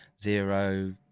zero